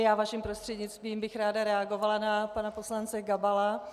Já bych vaším prostřednictvím ráda reagovala na pana poslance Gabala.